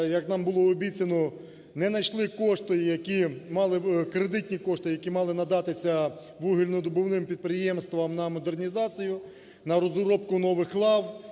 як нам було обіцяно, не найшли кошти, кредитні кошти, які мали надатися вугільнодобувним підприємствам на модернізацію, на розробку нових лав.